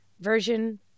version